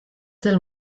del